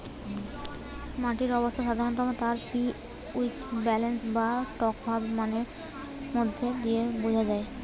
মাটির অবস্থা সাধারণত তার পি.এইচ ব্যালেন্স বা টকভাব মানের মধ্যে দিয়ে বুঝা যায়